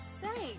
Thanks